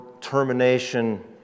termination